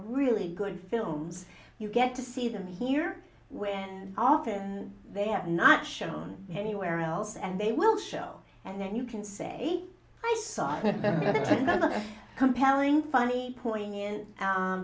really good films you get to see them here when often they have not shown anywhere else and they will show and then you can say i saw a compelling funny poignant